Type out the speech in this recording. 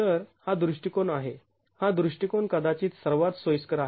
तर हा दृष्टिकोन आहे हा दृष्टिकोन कदाचित सर्वात सोयीस्कर आहे